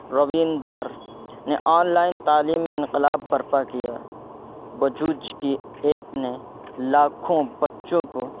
رویندار نے online تعلیم میں انقلاب برپا کیا بجوج کی ایپ نے لاکھوں بچوں کو